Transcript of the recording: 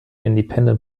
independent